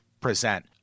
present